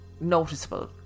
noticeable